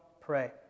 pray